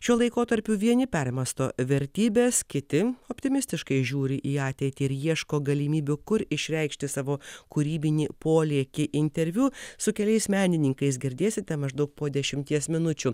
šiuo laikotarpiu vieni permąsto vertybes kiti optimistiškai žiūri į ateitį ir ieško galimybių kur išreikšti savo kūrybinį polėkį interviu su keliais menininkais girdėsite maždaug po dešimties minučių